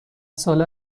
ساله